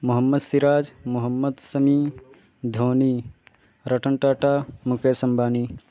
Muhammad Siraj Mohammed Shami Dhoni Ratan Tata Mukesh Ambani